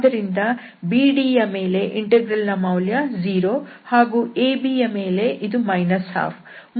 ಆದ್ದರಿಂದ BDಯ ಮೇಲೆ ಇಂಟೆಗ್ರಲ್ ನ ಮೌಲ್ಯ 0 ಹಾಗೂ ABಯ ಮೇಲೆ ಇದು 12